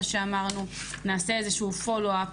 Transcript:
נעשה איזשהו follow-up.